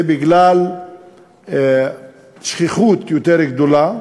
זה בגלל שכיחות יותר גדולה,